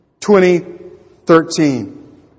2013